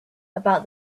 about